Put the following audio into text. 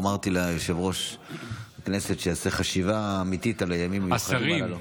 כבר אמרתי ליושב-ראש הכנסת שיעשה חשיבה אמיתית על הימים המיוחדים הללו.